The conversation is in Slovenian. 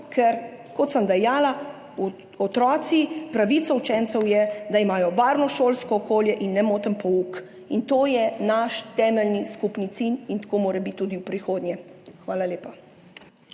Ker kot sem dejala, pravica učencev je, da imajo varno šolsko okolje in nemoten pouk, in to je naš temeljni skupni cilj in tako mora biti tudi v prihodnje. Hvala lepa.